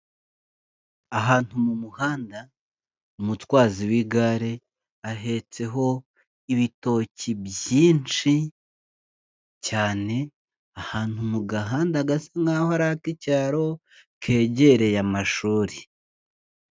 Ahantu mu muhanda umutwazi w'igare ahetseho ibitoki byinshi cyane, ahantu mu gahanda gasa naho ari ak'icyaro kegereye amashuri.